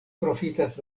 profitas